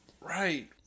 Right